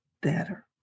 better